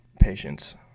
patience